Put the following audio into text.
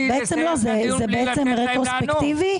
זה בעצם רטרוספקטיבי?